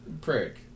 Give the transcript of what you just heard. Prick